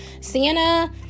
Sienna